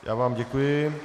Já vám děkuji.